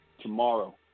tomorrow